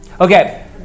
Okay